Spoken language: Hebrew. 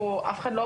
אף אחד לא